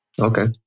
Okay